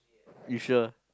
you sure